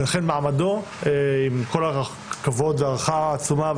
ולכן מעמדו עם כל הכבוד וההערכה העצומה,